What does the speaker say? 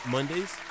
Mondays